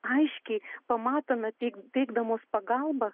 aiškiai pamatome tik teikdamos pagalbą